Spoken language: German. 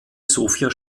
sofia